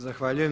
Zahvaljujem.